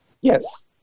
Yes